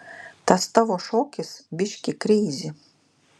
tas tavo šokis biški kreizi